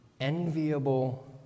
enviable